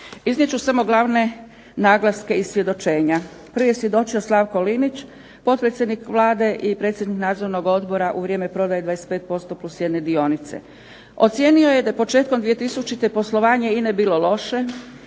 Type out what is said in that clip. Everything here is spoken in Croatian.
Iznijet ću samo glavne naglaske iz svjedočenja. Prvi je svjedočio Slavko Linić, potpredsjednik Vlade i predsjednik Nadzornog odbora u vrijeme prodaje 25% + jedne dionice. Ocijenio je da početkom 2000. poslovanje INA-e bilo loše,